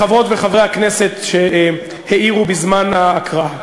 לחברות וחברי הכנסת שהעירו בזמן ההקראה: